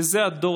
וזה הדור